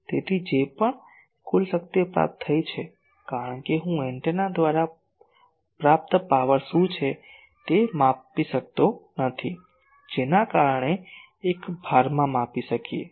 તેથી જે પણ કુલ શક્તિ પ્રાપ્ત થઈ છે કારણ કે હું એન્ટેના દ્વારા પ્રાપ્ત પાવર શું છે તે માપી શકતો નથી જેને આપણે એક ભારમાં માપી શકીએ